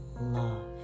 love